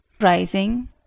Rising